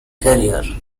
career